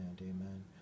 Amen